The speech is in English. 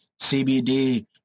CBD